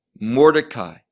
Mordecai